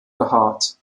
behaart